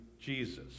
Jesus